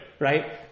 right